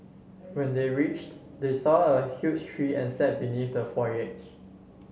when they reached they saw a huge tree and sat beneath the foliage